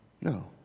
No